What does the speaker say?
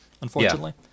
unfortunately